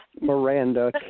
Miranda